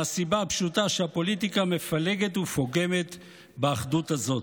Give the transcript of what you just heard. מהסיבה הפשוטה שהפוליטיקה מפלגת ופוגמת באחדות הזאת.